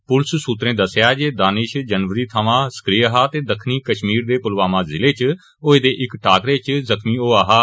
पुलस सूत्रे दस्सेआ ऐ जे दानिश जनवरी थमां सक्रिय हा ते दक्खणी कश्मीर दे पुलवामा ज़िले च होए दे इक टाकरे च जख्मी होआ हा